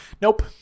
Nope